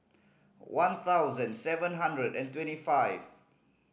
one thousand seven hundred and twenty five